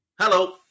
Hello